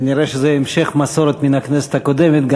כנראה זה המשך מסורת מן הכנסת הקודמת,